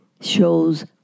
shows